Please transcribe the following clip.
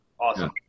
awesome